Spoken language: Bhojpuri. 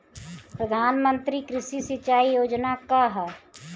प्रधानमंत्री कृषि सिंचाई योजना का ह?